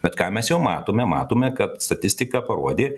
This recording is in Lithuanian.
bet ką mes jau matome matome kad statistika parodė